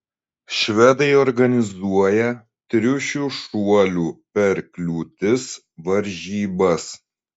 švedai organizuoja triušių šuolių per kliūtis varžybas